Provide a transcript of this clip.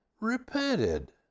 repented